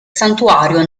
santuario